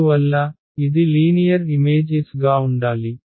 అందువల్ల ఇది linear image గా ఉండాలి